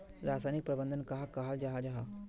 रासायनिक प्रबंधन कहाक कहाल जाहा जाहा?